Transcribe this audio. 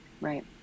right